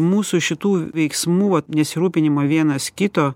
mūsų šitų veiksmų vat nesirūpinimo vienas kito